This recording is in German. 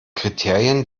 kriterien